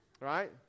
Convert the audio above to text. right